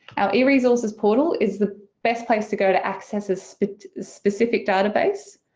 our eresources portal is the best place to go to access a specific specific database.